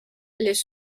les